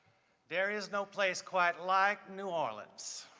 there is no place quite like new orleans.